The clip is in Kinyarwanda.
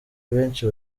benshi